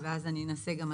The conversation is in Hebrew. למרשם.